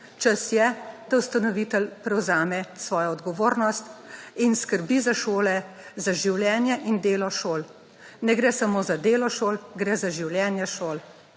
Čas je, da ustanovitelj prevzame svojo odgovornost in skrbi za šole, za življenje in delo šol. Ne gre samo za delo šol, gre za življenje šol.